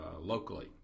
locally